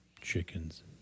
Chickens